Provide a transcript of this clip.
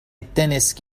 التنس